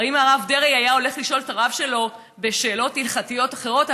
האם הרב דרעי היה הולך לשאול את הרב שלו בשאלות הלכתיות אחרות?